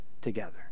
together